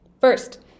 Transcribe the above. First